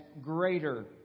greater